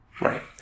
right